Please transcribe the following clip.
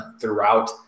throughout